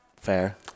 Fair